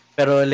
Pero